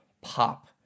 pop